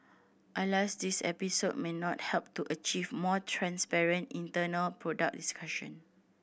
alas this episode may not help to achieve more transparent internal product discussion